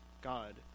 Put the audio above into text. God